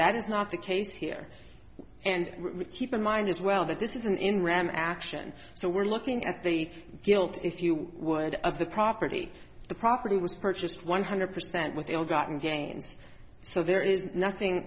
that is not the case here and keep in mind as well that this isn't in ram action so we're looking at the guilt if you would of the property the property was purchased one hundred percent with ill gotten gains so there is nothing